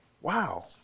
wow